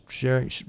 sharing